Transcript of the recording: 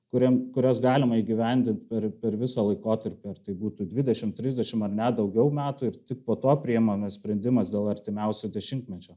kuriam kurias galima įgyvendint per per visą laikotarpį ar tai būtų dvidešimt trisdešimt ar net daugiau metų ir tik po to priimamas sprendimas dėl artimiausio dešimtmečio